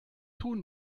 tun